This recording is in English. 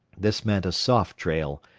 this meant a soft trail,